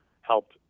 helped